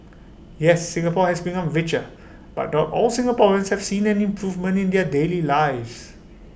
yes Singapore has become richer but not all Singaporeans have seen an improvement in their daily lives